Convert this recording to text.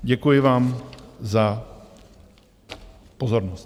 Děkuji vám za pozornost.